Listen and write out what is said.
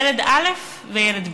ילד א' וילד ב'.